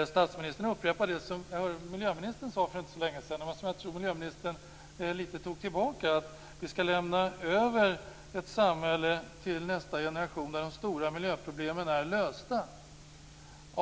att statsministern upprepar det som jag hörde miljöministern säga för inte så länge sedan. Miljöministern var inne på att vi till nästa generation skall lämna över ett samhälle där de stora miljöproblemen är lösta.